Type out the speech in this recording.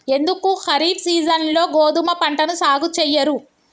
ఎందుకు ఖరీఫ్ సీజన్లో గోధుమ పంటను సాగు చెయ్యరు?